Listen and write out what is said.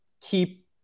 keep